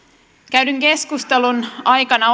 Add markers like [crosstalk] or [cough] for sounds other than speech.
käydyn keskustelun aikana [unintelligible]